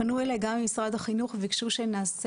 פנו אליי גם ממשרד החינוך ביקשו שנעשה